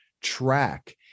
track